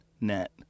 net